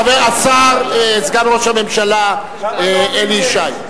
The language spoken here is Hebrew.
השר, סגן ראש הממשלה אלי ישי,